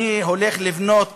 אני הולך לבנות